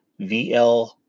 VL